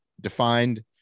defined